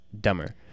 dumber